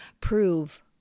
prove